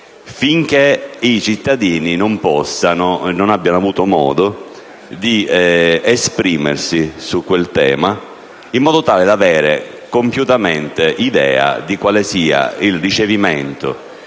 finché i cittadini non abbiano avuto modo di esprimersi su di esso, in modo tale da aver compiutamente idea di quale sia il ricevimento